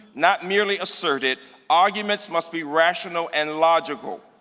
not merely asserted, arguments must be rational and logical.